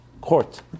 court